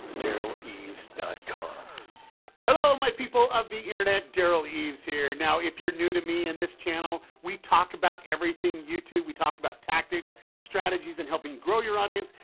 derraleves dot com hello my people of the internet. derral eves here. now if you're new to me and this channel we talk about everything youtube. we talk about tactics, strategies, and helping grow your audience,